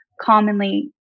commonly